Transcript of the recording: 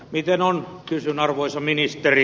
miten on kysyn arvoisa ministeri